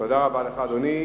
תודה רבה לך, אדוני.